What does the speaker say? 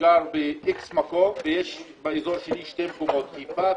גר באיקס מקום, ויש באזור שלי את חיפה ומוצקין,